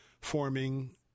forming